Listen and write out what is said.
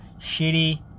shitty